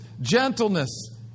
gentleness